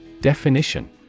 Definition